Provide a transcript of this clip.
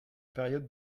période